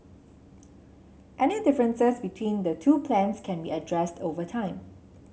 any differences between the two plans can be addressed over time